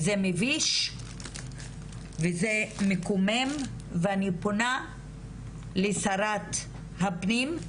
וזה מביש וזה מקומם ואני פונה לשרת הפנים,